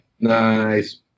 Nice